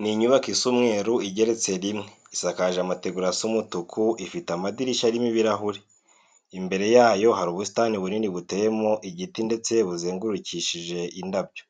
Ni inyubako isa umweru igeretse rimwe, isakaje amategura asa umutuku, ifite amadirishya arimo ibirahure. Imbere yayo hari ubusitani bunini buteyemo igiti ndetse buzengurukishije indabyo.